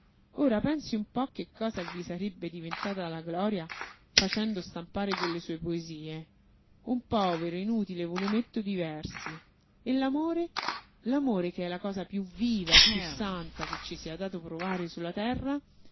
ora pensi un po che cosa gli sarebbe diventata la gloria facendo stampare quelle sue poesie un povero inutile volumetto di versi e l'amore l'amore che è la cosa piú viva e piú santa che ci sia dato provare sulla terra